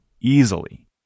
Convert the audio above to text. easily